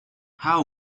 how